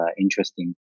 interesting